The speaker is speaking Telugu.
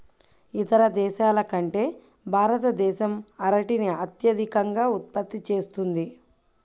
ఇతర దేశాల కంటే భారతదేశం అరటిని అత్యధికంగా ఉత్పత్తి చేస్తుంది